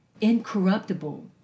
incorruptible